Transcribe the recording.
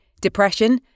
depression